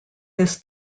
this